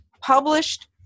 published